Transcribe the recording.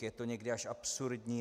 Je to někdy až absurdní.